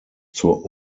zur